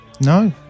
no